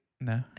No